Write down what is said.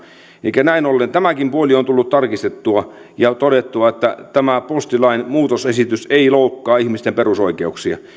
elikkä näin ollen tämäkin puoli on tullut tarkistettua ja todettua että tämä postilain muutosesitys ei loukkaa ihmisten perusoikeuksia